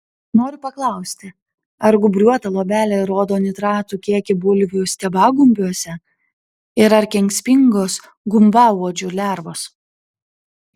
noriu paklausti ar gūbriuota luobelė rodo nitratų kiekį bulvių stiebagumbiuose ir ar kenksmingos gumbauodžių lervos